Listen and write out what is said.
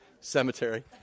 Cemetery